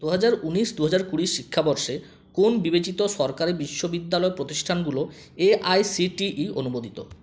দুহাজার উনিশ দুহাজার কুড়ি শিক্ষাবর্ষে কোন বিবেচিত সরকারি বিশ্ববিদ্যালয় প্রতিষ্ঠানগুলো এআইসিটিই অনুমোদিত